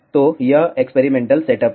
तो यह experimental setup है